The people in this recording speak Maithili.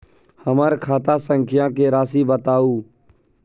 हमर खाता संख्या के राशि बताउ